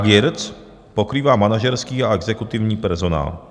AGIRC pokrývá manažerský a exekutivní personál.